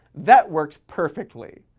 that works perfectly.